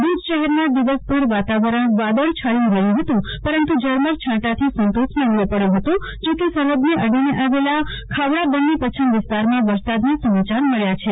ભુજ શહેરમાં દિવસભર વાતાવરણ વાદળછાયુ રહ્યુ હતું પરંતુ ઝરમર છાટાંથી સંતોષ માનવો પડયો હતો જો કે સરહદને અડીને આવેલા ખાવડા બન્ની પચ્છમ વિસ્તારમાં વરસાદના સમાચાર મળ્યા છે